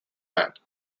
land